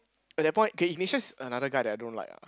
at that point okay Ignatius another guy that I don't like ah